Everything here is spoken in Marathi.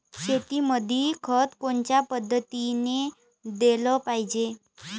शेतीमंदी खत कोनच्या पद्धतीने देलं पाहिजे?